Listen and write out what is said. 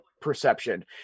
perception